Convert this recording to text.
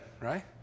right